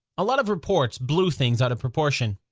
a lot of reports blew things out of proportion.